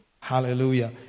Hallelujah